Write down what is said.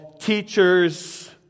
teachers